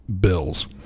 bills